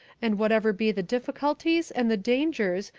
and whatever be the difficulties and the dangers,